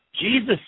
Jesus